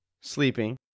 sleeping